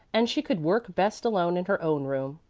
and she could work best alone in her own room.